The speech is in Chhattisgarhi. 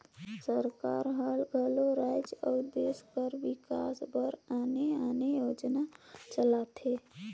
सरकार हर घलो राएज अउ देस कर बिकास बर आने आने योजना चलाथे